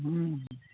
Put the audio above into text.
हुँ हुँ